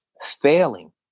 failing